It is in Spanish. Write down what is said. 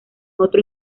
otro